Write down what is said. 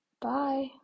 bye